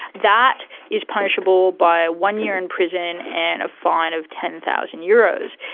that is punishable by one year in prison and a fine of ten thousand euros.